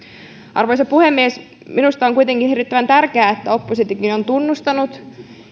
arvoisa puhemies minusta on kuitenkin hirvittävän tärkeää että oppositiokin on tunnustanut